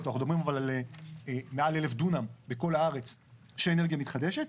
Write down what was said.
אנחנו מדברים על מעל 1,000 דונם בכל הארץ של אנרגיה מתחדשת,